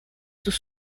sus